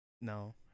No